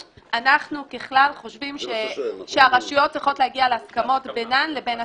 אנחנו ככלל חושבים שהרשויות צריכות להגיע להסכמות בינן לבין עצמן.